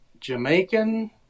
Jamaican